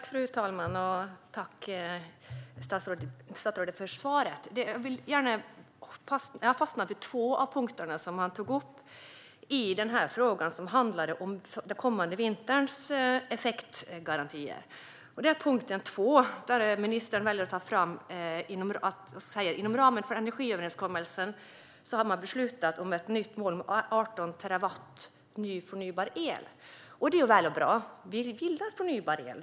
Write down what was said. Fru talman! Tack, statsrådet, för svaret! Jag fastnade för två av de punkter som han tog upp i fråga om den kommande vinterns effektgarantier. I punkt 2 säger ministern: Inom ramen för energiöverenskommelsen har man beslutat om ett nytt mål om 18 terawattimmar ny förnybar el. Det är bra. Vi gillar förnybar el.